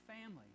family